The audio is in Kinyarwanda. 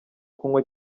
kunywa